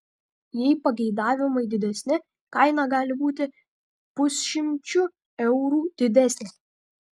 jei pageidavimai didesni kaina gali būti pusšimčiu eurų didesnė